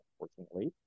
unfortunately